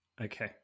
Okay